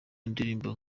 indirimbo